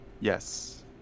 Yes